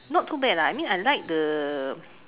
not too bad lah I mean I like the